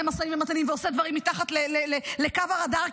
משאים ומתנים ועושה דברים מתחת לקו הרדאר,